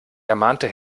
ermahnte